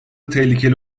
tehlikeli